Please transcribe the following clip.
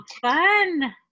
fun